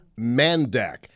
Mandak